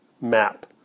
map